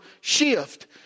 shift